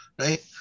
right